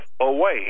away